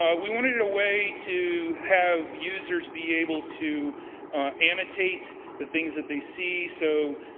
um we wanted a way to have users be able to annotate the things that they see. so,